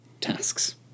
tasks